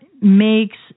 makes